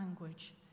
language